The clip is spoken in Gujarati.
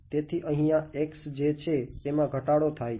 તેથી અહિયાં x જે છે તેમાં ઘટાડો થાય છે